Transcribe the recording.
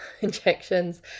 injections